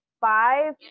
five